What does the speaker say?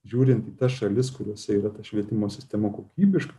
žiūrint į tas šalis kuriose yra ta švietimo sistema kokybiška